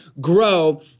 grow